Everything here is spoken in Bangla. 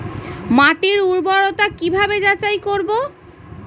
মাটির উর্বরতা কি ভাবে যাচাই করব?